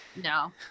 No